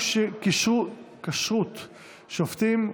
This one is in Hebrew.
כשירות שופטים),